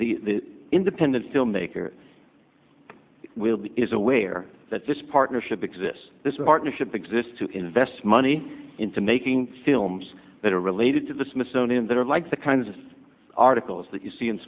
the independent filmmaker will be is aware that this partnership exists this partnership exists to invest money into making films that are related to the smithsonian that are like the kinds of articles that you see in